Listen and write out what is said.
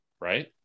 right